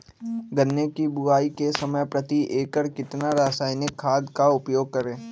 गन्ने की बुवाई के समय प्रति एकड़ कितना रासायनिक खाद का उपयोग करें?